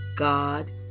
God